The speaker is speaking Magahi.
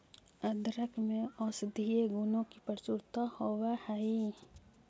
अदरक में औषधीय गुणों की प्रचुरता होवअ हई